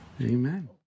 Amen